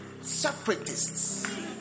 Separatists